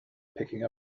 picking